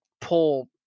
pull